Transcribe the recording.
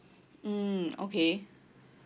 mm okay